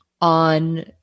on